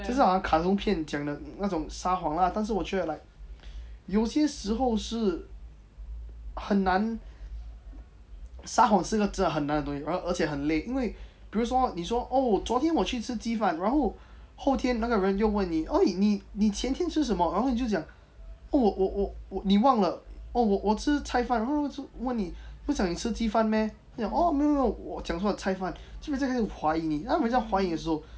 就是好像卡通片讲的那种撒谎啦但是我觉得 like 有些时候是很难撒谎是个真的很难的东西然后而且很累因为比如说你说噢昨天我去吃鸡饭然后后天那个人又问你 !oi! 你前天吃什么然后你就讲噢我我我你忘了噢我我吃菜饭然后就问你不是讲你吃鸡饭 meh 他讲噢噢噢没有没有我我讲错菜饭基本人家怀疑你然后人家怀疑的时候